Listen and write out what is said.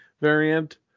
variant